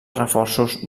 reforços